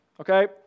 Okay